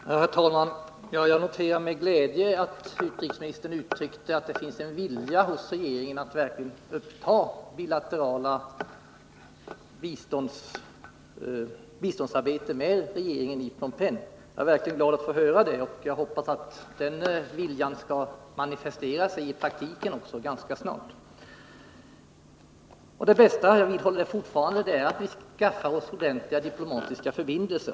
Herr talman! Jag noterar med glädje att utrikesministern uttryckte att det finns en vilja hos regeringen att verkligen uppta bilateralt biståndssamarbete med regeringen i Phnom Penh. Jag är verkligen glad att få höra det. Jag hoppas att den viljan skall manifesteras i praktiken också ganska snart. Det bästa — jag vidhåller det fortfarande — är att vi skaffar oss ordentliga diplomatiska förbindelser.